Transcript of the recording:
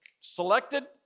selected